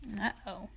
Uh-oh